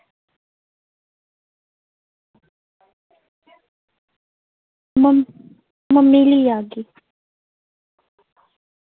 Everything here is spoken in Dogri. मम्मी गी लेई आगी